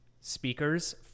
speakers